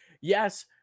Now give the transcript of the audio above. Yes